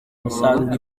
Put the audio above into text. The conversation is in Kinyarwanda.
umusaruro